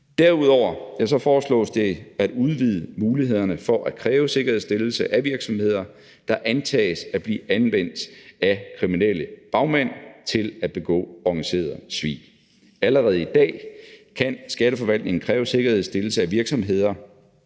Derudover foreslås det at udvide mulighederne for at kræve sikkerhedsstillelse af virksomheder, der antages at blive anvendt af kriminelle bagmænd til at begå organiseret svig. Allerede i dag kan Skatteforvaltningen kræve sikkerhedsstillelse af virksomheder,